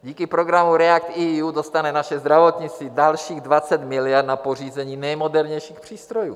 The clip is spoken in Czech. Díky programu ReactEU dostane naše zdravotnictví dalších 20 miliard na pořízení nejmodernějších přístrojů.